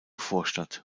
vorstadt